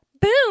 boom